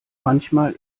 manchmal